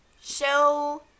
show